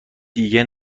دیگه